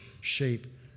shape